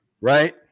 Right